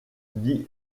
dit